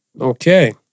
Okay